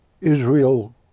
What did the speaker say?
Israel